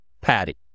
patty